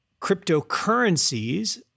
Cryptocurrencies